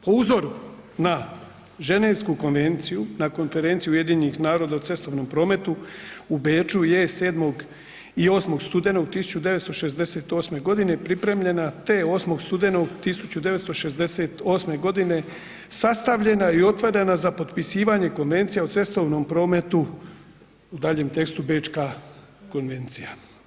Po uzoru na Ženevsku konvenciju, na Konferenciju UN-a u cestovnom prometu u Beču je 7. i 8. studenog 1968. godine pripremljena te 8. studenog 1968. godine sastavljena i otvorena za potpisivanje Konvencija o cestovnom prometu (u daljem tekstu: Bečka konvencija.